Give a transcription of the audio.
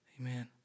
amen